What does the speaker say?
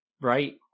right